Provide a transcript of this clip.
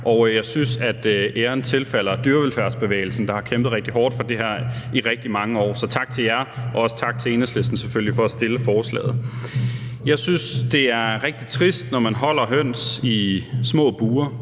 og jeg synes, at æren tilfalder dyrevelfærdsbevægelsen, der har kæmpet rigtig hårdt for det her i rigtig mange år, så tak til jer, og selvfølgelig også tak til Enhedslisten for at fremsætte forslaget. Jeg synes, det er rigtig trist, når man holder høns i små bure